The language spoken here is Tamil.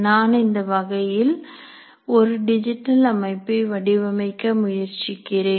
நான் இந்த வகையின் ஒரு டிஜிட்டல் அமைப்பை வடிவமைக்க முயற்சிக்கிறேன்